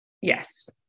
Yes